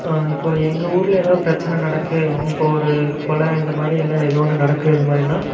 இப்போ எங்கள் ஊரில் எதாவது பிரச்சனை நடக்குது இப்போது ஒரு கொலை இந்த மாதிரி இல்லை ஏதோ ஒன்று நடக்குது இந்த மாதிரினா